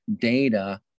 data